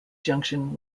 junction